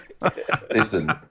Listen